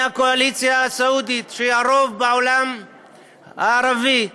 מהקואליציה הסעודית, שהרוב בעולם הערבי,